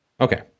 Okay